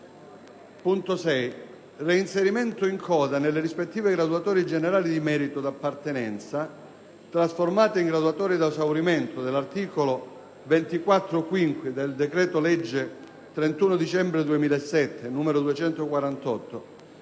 6. reinserimento in coda nelle rispettive graduatorie generali di merito d'appartenenza, trasformate in graduatorie ad esaurimento dall'articolo 24-*quinquies* del decreto-legge 31 dicembre 2007, n. 248,